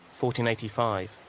1485